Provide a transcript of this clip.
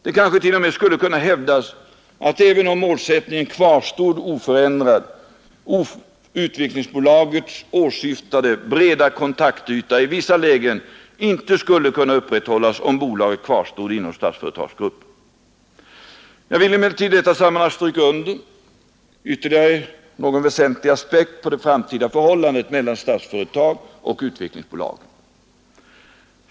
Det kanske t.o.m. skulle kunna hävdas att även om målsättningen kvarstod oförändrad Utvecklingsbolagets åsyftade breda kontaktyta i vissa lägen inte skulle kunna upprätthållas om bolaget kvarstod inom Statsföretagsgruppen. Jag vill emellertid i detta sammanhang stryka under ytterligare några väsentliga aspekter på det framtida förhållandet mellan Statsföretag och Utvecklingsbolaget.